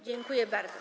Dziękuję bardzo.